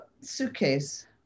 suitcase